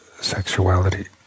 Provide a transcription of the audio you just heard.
sexuality